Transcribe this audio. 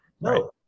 No